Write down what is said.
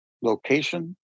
location